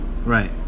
Right